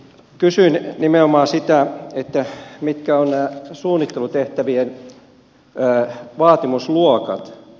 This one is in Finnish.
kysyn nimenomaan sitä mitkä ovat nämä suunnittelutehtävien vaatimusluokat